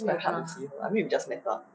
very hard to see her I mean we just met up